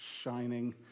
shining